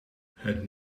het